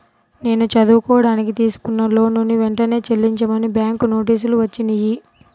నేను చదువుకోడానికి తీసుకున్న లోనుని వెంటనే చెల్లించమని బ్యాంకు నోటీసులు వచ్చినియ్యి